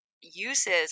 uses